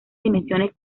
dimensiones